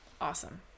Awesome